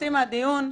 תצאי מהדיון.